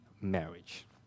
marriage